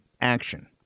Action